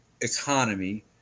economy